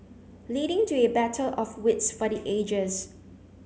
leading to a battle of wits for the ages